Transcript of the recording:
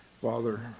Father